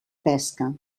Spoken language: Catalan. pesca